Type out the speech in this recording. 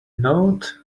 node